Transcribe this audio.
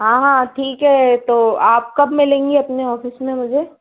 हाँ हाँ ठीक है तो आप कब मिलेंगे अपने ऑफिस में मुझे